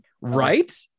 right